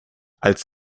als